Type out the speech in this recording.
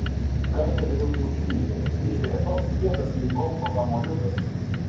kartą viriau kiaušinį bet jis išvirė toks kietas lyg golfo kamuoliukas